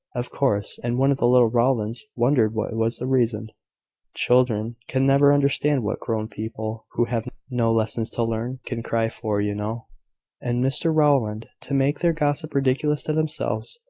of course and one of the little rowlands wondered what was the reason children can never understand what grown people, who have no lessons to learn, can cry for, you know and mr rowland, to make their gossip ridiculous to themselves,